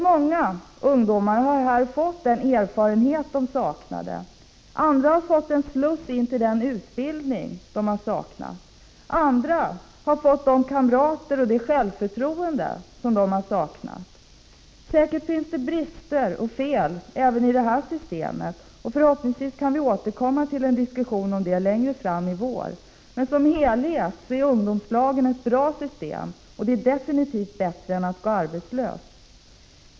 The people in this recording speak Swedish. Många ungdomar har här fått den erfarenhet de saknade. Andra har fått en sluss in till den utbildning de saknade. Åter andra har fått de kamrater och det självförtroende som de saknade. Säkert finns det brister och fel även i 73 detta system, men förhoppningsvis kan vi återkomma till en diskussion om det fram i vår. Men som helhet är ungdomslagen ett bra system, och det är definitivt bättre än att ungdomarna går arbetslösa.